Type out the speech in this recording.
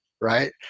right